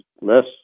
less